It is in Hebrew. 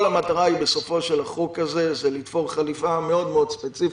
כל המטרה בסופו של החוק הזה זה לתפור חליפה מאוד מאוד ספציפית,